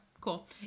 cool